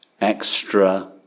Extra